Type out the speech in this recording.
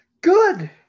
Good